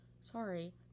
sorry